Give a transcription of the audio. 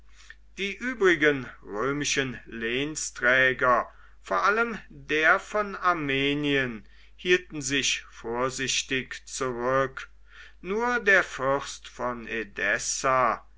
die übrigen römischen lehnsträger vor allem der von armenien hielten sich vorsichtig zurück nur der fürst von